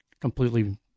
completely